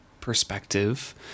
perspective